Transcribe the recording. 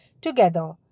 together